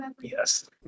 yes